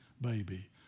baby